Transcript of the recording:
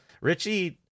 richie